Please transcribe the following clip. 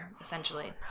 essentially